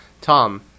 Tom